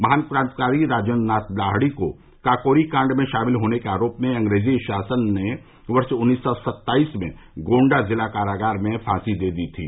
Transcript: महान क्रांतिकारी राजेंद्र नाथ लाहिड़ी को काकोरी कांड में शामिल होने के आरोप में अंग्रेजी शासन ने वर्ष उन्नीस सौ सत्ताइस में गोडा जिला कारागार में फासी दे दी थी